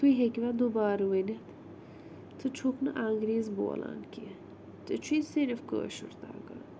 تُہۍ ہیٚکِوا دُبارٕ ؤنِتھ ژٕ چھُکھ نہٕ انگریٖز بولان کیٚنہہ ژےٚ چھُے صِرِف کٲشُر تگان